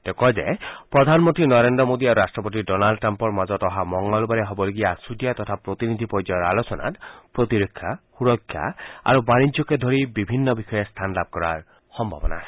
তেওঁ কয় যে প্ৰধান মন্ত্ৰী নৰেন্দ্ৰ মোডী আৰু ৰাষ্ট্ৰতি ডনাল্ড টাম্পৰ মাজত অহা মঙলবাৰে হবলগীয়া আছুতীয়া তথা প্ৰতিনিধি পৰ্যায়ৰ আলোচনাত প্ৰতিৰক্ষা সুৰক্ষা আৰু বাণিজ্যকে ধৰি সকলো বিষয়ে স্থান লাভ কৰাৰ সম্ভাৱনা আছে